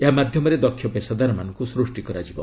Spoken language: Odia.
ଏହା ମାଧ୍ୟମରେ ଦକ୍ଷ ପେସାଦାରମାନଙ୍କୁ ସୃଷ୍ଟି କରାଯିବ